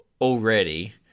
already